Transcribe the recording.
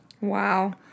Wow